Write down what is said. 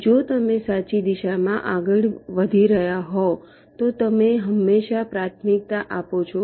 જો તમે સાચી દિશામાં આગળ વધી રહ્યા હોવ તો તમે હંમેશા પ્રાથમિકતા આપો છો